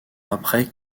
après